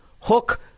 hook